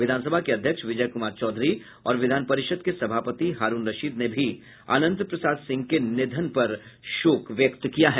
विधानसभा के अध्यक्ष विजय कुमार चौधरी और विधानपरिषद के सभापति हारूण रशीद ने भी अनंत प्रसाद सिंह के निधन पर शोक व्यक्त किया है